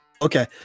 Okay